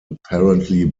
apparently